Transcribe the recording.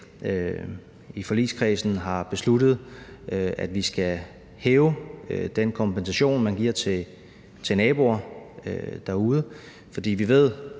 i forligskredsen har besluttet, at vi skal hæve den kompensation, man giver til naboer derude, fordi vi ved,